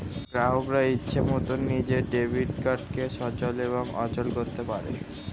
গ্রাহকরা ইচ্ছে মতন নিজের ডেবিট কার্ডকে সচল এবং অচল করতে পারে